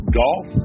golf